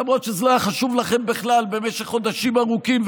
למרות שזה לא היה חשוב לכם בכלל במשך חודשים ארוכים,